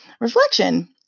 Reflection